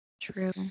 True